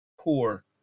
poor